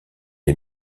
est